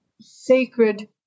sacred